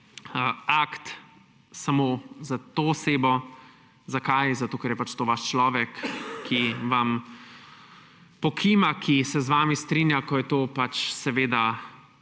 akt samo za to osebo. Zakaj? Zato ker je pač to vaš človek, ki vam pokima, ki se z vami strinja, ko je to potrebno